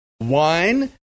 wine